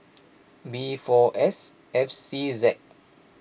B four S F C Z